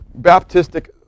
baptistic